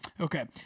Okay